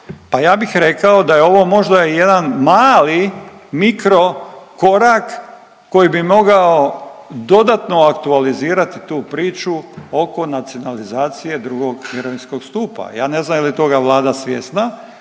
Pa ja bih rekao da je ovo možda i jedan mali mikro korak koji bi mogao dodatno aktualizirati tu priču oko nacionalizacije II. mirovinskog stupa. Ja ne znam je li toga Vlada svjesna,